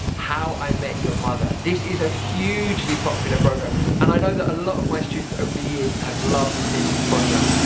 how i met your mother. this is a hugely popular programme and i know that a lot of my students over the years have loved this programme.